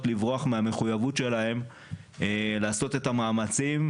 לברוח מהמחויבות שלהן לעשות את המאמצים,